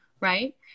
right